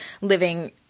living